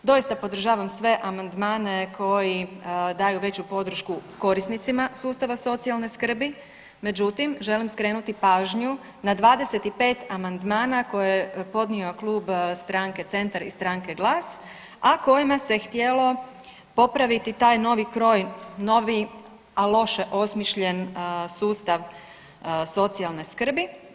Doista podržavam sve amandmane koji daju veću podršku korisnicima sustava socijalne skrbi, međutim želim skrenuti pažnju na 25 amandmana koje je podnio Klub stranke CENTAR i stranke GLAS, a kojima se htjelo popraviti taj novi kroj, novi a loše osmišljen sustav socijalne skrbi.